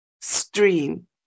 stream